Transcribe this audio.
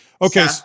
Okay